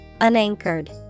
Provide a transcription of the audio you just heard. Unanchored